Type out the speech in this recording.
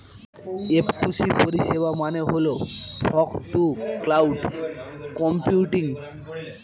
F two C পরিষেবা মানে হল ফগ টু ক্লাউড কম্পিউটিং